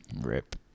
Rip